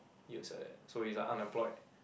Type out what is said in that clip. years like that so he's an unemployed